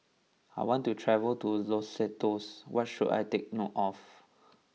I want to travel to Lesotho what should I take note of